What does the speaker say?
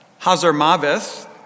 Hazarmaveth